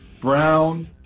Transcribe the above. Brown